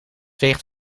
weegt